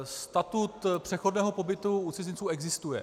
Statut přechodného pobytu u cizinců existuje.